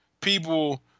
people